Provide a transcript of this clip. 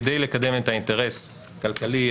כדי לקדם את האינטרס הכלכלי,